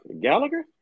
Gallagher